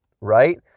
right